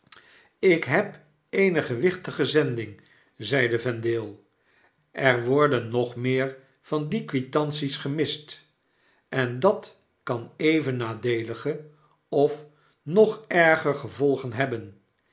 ik heb eene gewichtige zending zeide vendale er worden nog meer van die quitanties gemist en dat kan even nadeelige of nogerger gevolgen hebben